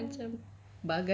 ya ya ya